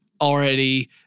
already